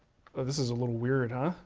this is a little weird, huh?